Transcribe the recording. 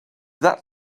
that